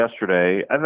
yesterday